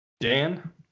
dan